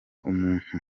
umuntu